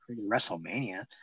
WrestleMania